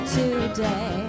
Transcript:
today